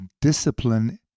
discipline